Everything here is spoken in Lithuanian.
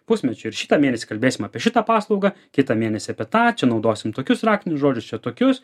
pusmečiui ir šitą mėnesį kalbėsim apie šitą paslaugą kitą mėnesį apie tą čia naudosim tokius raktinius žodžiusčia tokius